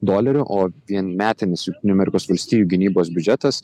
dolerių o vien metinis jungtinių amerikos valstijų gynybos biudžetas